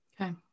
Okay